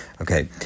Okay